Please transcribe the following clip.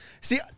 See